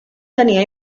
tenia